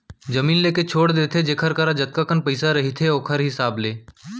जमीन लेके छोड़ देथे जेखर करा जतका कन पइसा रहिथे ओखर हिसाब ले